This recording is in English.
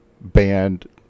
Band